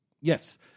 Yes